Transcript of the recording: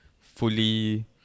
Fully